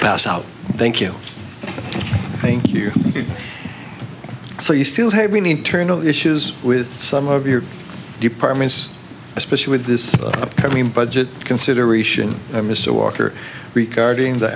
pass out thank you thank you so you still have many internal issues with some of your departments especially with this upcoming budget consideration mr walker regarding the